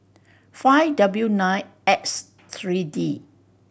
five W nine X three D